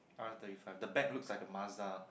R thirty five the back look like a Mazda